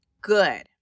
Good